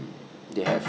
they have